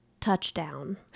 Touchdown